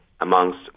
amongst